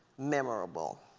memorable.